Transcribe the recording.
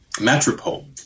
metropole